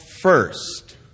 first